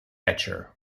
etcher